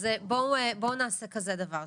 אז בואו נעשה כזה דבר.